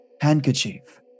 handkerchief